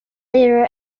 later